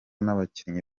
n’abakinnyi